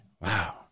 Wow